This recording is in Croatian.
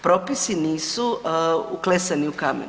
Propisi nisu uklesani u kamen.